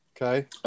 Okay